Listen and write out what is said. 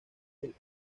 del